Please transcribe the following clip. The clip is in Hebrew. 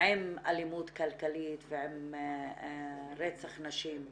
עם אלימות כלכלית ועם רצח נשים.